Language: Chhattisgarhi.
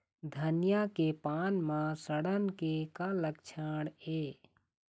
धनिया के पान म सड़न के का लक्षण ये?